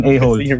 a-hole